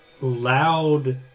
loud